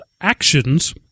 Actions